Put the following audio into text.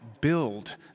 build